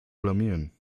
blamieren